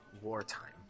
wartime